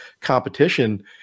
competition